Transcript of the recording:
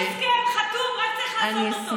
יש הסכם חתום, רק צריך לעשות אותו, זהו,